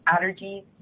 allergies